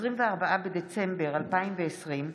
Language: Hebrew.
24 בדצמבר 2020,